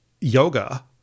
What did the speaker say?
yoga